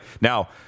Now